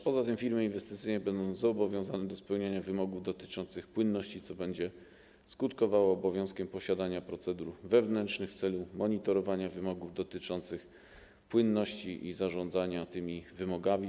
Poza tym firmy inwestycyjne będą zobowiązane do spełniania wymogów dotyczących płynności, co będzie skutkowało obowiązkiem posiadania procedur wewnętrznych w celu monitorowania wymogów dotyczących płynności i zarządzania tymi wymogami.